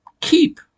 keep